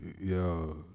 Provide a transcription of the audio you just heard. Yo